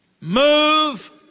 move